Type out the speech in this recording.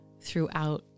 throughout